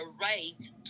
right